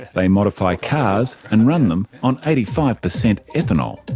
they modify cars and run them on eighty five percent ethanol.